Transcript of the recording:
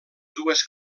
dues